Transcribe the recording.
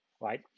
right